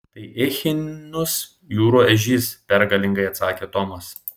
tai echinus jūrų ežys pergalingai atsakė tomas